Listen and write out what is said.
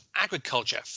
agriculture